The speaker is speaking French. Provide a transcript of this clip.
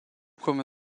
comme